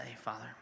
Father